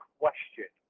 question